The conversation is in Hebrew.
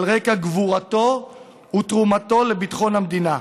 על רקע גבורתו ותרומתו לביטחון המדינה.